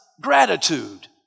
gratitude